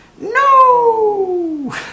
No